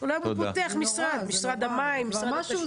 בבקשה,